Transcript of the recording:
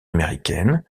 américaine